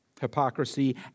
Hypocrisy